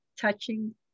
touching